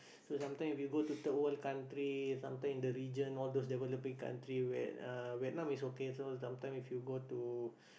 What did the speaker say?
so sometime if you go to third world country sometime in the region all those developing country uh Vietnam is okay so sometime if you go to